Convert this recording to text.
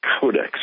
codex